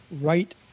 right